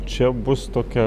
čia bus tokia